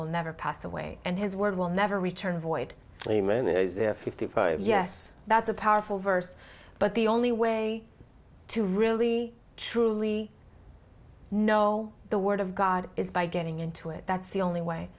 will never pass away and his word will never return void fifty yes that's a powerful verse but the only way to really truly no the word of god is by getting into it that's the only way